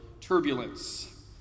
turbulence